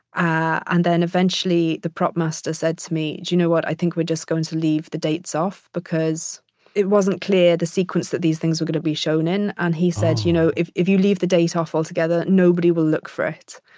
and then eventually the prop master said to me, do you know what? i think we're just going to leave the dates off because it wasn't clear in the sequence that these things were going to be shown in. and he said, you know if if you leave the date off altogether, nobody will look for it.